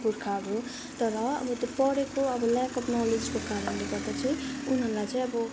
पुर्खाहरू तर अब त्यो पढेको ल्याक अब् नलेजको कारणले गर्दा चाहिँ उनीहरूलाई चाहिँ अब